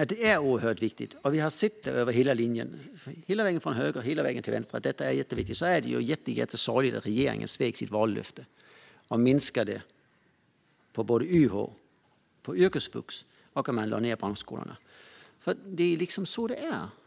att det är oerhört viktigt. Vi har sett det över hela linjen, hela vägen från höger till vänster. Det är jätteviktigt. Det är då jättesorgligt att regeringen svek sitt vallöfte och minskade på YH och yrkesvux, och man lade ned branschskolorna. Det är så det är.